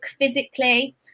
physically